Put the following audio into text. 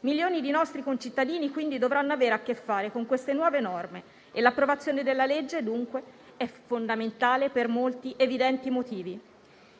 milioni di nostri concittadini, quindi, dovranno avere a che fare con queste nuove norme. L'approvazione del disegno di legge, dunque, è fondamentale per molti evidenti motivi.